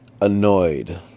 annoyed